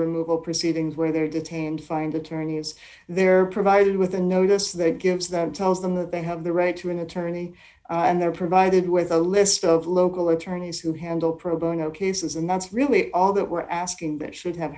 removal proceedings where they're detained find attorneys they're provided with a notice that gives them tells them that they have the right to an attorney and they're provided with a list of local attorneys who handle pro bono cases and that's really all that we're asking the should have